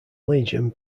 legion